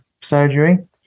surgery